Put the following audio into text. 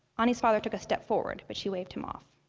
anie's father took a step forward, but she waved him off.